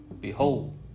behold